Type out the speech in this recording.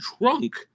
drunk